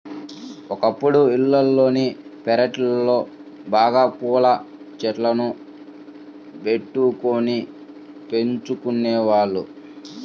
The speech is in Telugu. ఒకప్పుడు ఇళ్లల్లోని పెరళ్ళలో బాగా పూల చెట్లను బెట్టుకొని పెంచుకునేవాళ్ళు